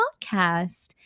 podcast